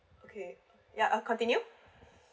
okay yeah uh continue